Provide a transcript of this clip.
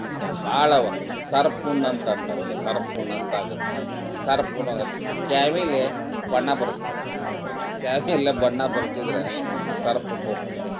ಇಂಥವು ಭಾಳವೆ ಸರ್ಪ ಹುಣ್ಣು ಅಂತ ಅಂತಾರೆ ಒಂದು ಸರ್ಪ ಹುಣ್ಣು ಅಂತ ಆಗತ್ತೆ ಸರ್ಪ ಹುಣ್ಣು ಕ್ಯಾವಿಲಿ ಬಣ್ಣ ಬರಸ್ತಾರೆ ಕ್ಯಾವಿಲಿ ಬಣ್ಣ ಬರ್ಸಿದರೆ ಆ ಸರ್ಪ ಹುಣ್ಣು ಹೋಗ್ತೈತೆ